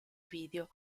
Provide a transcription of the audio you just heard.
video